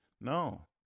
No